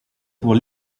pour